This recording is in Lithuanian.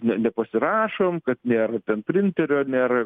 ne nepasirašom kad nėra ten printerio nėra